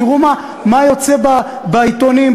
תראו מה יוצא בעיתונים,